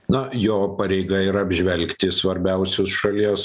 na jo pareiga yra apžvelgti svarbiausius šalies